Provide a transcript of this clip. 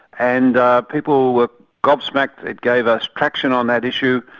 and people were gobsmacked, it gave us traction on that issue,